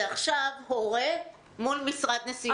זה עכשיו הורה מול משרד נסיעות.